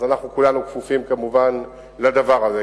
אז אנחנו כולנו כפופים כמובן לדבר הזה.